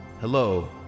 Hello